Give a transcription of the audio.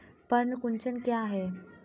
पर्ण कुंचन क्या है?